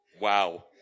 wow